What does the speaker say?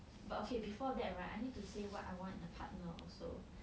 but okay before that right I need to say what I want in a partner also